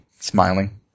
Smiling